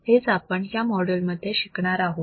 हेच आपण या माॅड्यूलमध्ये शिकणार आहोत